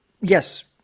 yes